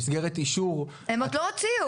במסגרת אישור --- הם עוד לא הוציאו,